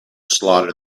slaughter